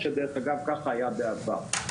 ודרך אגב, ככה היה בעבר.